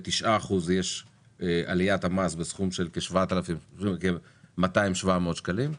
ב-9% יש עליית מס בסכום של כ-200-700 שקלים.